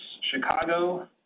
Chicago